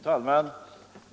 Fru talman!